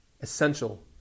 essential